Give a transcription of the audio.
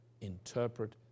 interpret